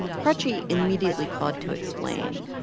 prachi immediately called to explain,